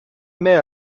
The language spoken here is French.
mets